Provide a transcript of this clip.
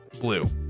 BLUE